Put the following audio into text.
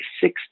six